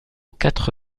quatre